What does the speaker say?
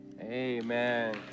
Amen